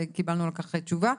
ול-25%?